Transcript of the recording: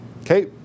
Okay